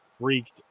freaked